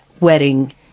wedding